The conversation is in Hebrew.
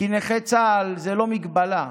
כי נכה צה"ל זאת לא מגבלה,